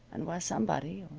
and where somebody,